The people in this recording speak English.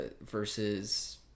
versus